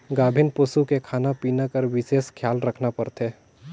गाभिन पसू के खाना पिना कर बिसेस खियाल रखना परथे